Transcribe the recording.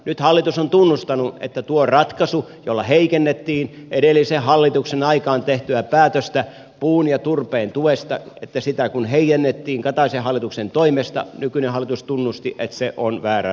nyt tämä nykyinen hallitus on tunnustanut että tuo ratkaisu jolla heikennettiin edellisen hallituksen aikaan tehtyä päätöstä puun ja turpeen tuesta heikennettiin kataisen hallituksen toimesta nykyinen hallitus tunnusti ja se on väärä ratkaisu